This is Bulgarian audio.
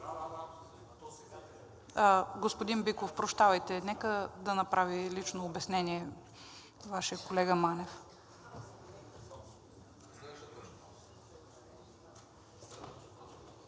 Господин Биков, прощавайте, нека да направи лично обяснение Вашият колега Манев.